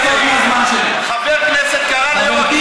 יש לך מה לומר, תגיד את זה לחבר הכנסת אמסלם.